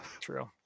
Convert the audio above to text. true